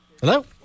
Hello